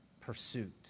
pursuit